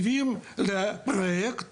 תקציבים לפרויקט